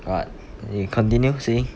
what you continue saying